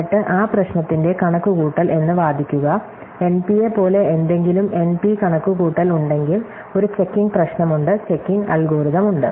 എന്നിട്ട് ആ പ്രശ്നത്തിന്റെ കണക്കുകൂട്ടൽ എന്ന് വാദിക്കുക എൻപിയെപ്പോലെ എന്തെങ്കിലും എൻപി കണക്കുകൂട്ടൽ ഉണ്ടെങ്കിൽ ഒരു ചെക്കിംഗ് പ്രശ്നമുണ്ട് ചെക്കിംഗ് അൽഗോരിതം ഉണ്ട്